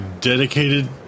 dedicated